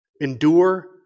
Endure